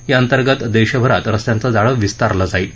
याअंतर्गत देशभरात रस्त्यांचं जाळ विस्तारलं जाईल